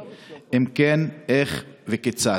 3. אם כן, איך וכיצד?